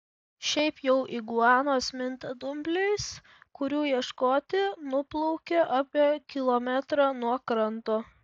šiaip jau iguanos minta dumbliais kurių ieškoti nuplaukia apie kilometrą nuo kranto